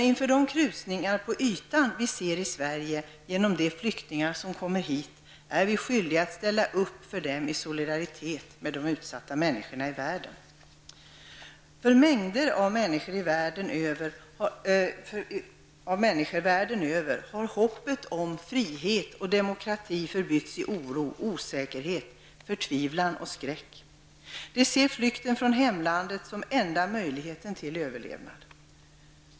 Inför de krusningar på ytan som vi ser i Sverige genom de flyktingar som kommer hit är vi skyldiga att ställa upp i solidaritet med utsatta människor i världen. För mängder av människor världen över har hoppet om frihet och demokrati förbytts i oro, osäkerhet, förtvivlan och skräck. De ser flykten från hemlandet som den enda möjligheten till överlevnad.